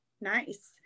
Nice